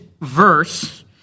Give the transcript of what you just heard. verse